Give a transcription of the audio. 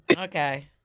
Okay